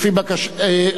התשע"ב 2012, נתקבל.